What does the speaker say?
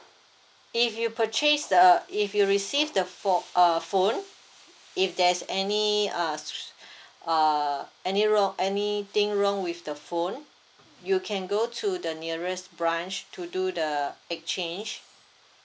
if you purchase uh if you receive the pho~ err phone if there's any uh err any wrong anything wrong with the phone you can go to the nearest branch to do the exchange